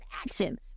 action